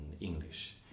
English